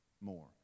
more